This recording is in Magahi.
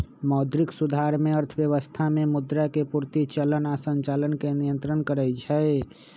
मौद्रिक सुधार में अर्थव्यवस्था में मुद्रा के पूर्ति, चलन आऽ संचालन के नियन्त्रण करइ छइ